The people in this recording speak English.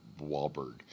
Wahlberg